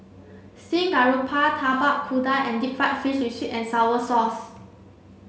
Steamed Garoupa Tapak Kuda and deep fried fish with sweet and sour sauce